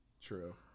True